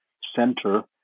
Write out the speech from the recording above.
center